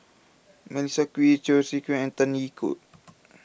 Melissa Kwee Cheong Siew Keong and Tan Tee Yoke